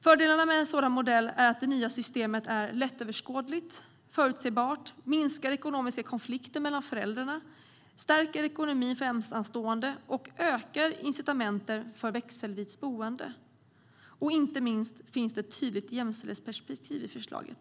Fördelarna med en sådan modell är att det nya systemet är lättöverskådligt, förutsebart, minskar ekonomiska konflikter mellan föräldrarna, stärker ekonomin för ensamstående och ökar incitamenten för växelvis boende. Inte minst finns det också ett tydligt jämställdhetsperspektiv i förslaget.